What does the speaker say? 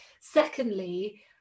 secondly